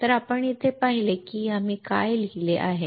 तर आपण येथे पाहिले तर आम्ही काय लिहिले आहे